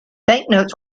banknotes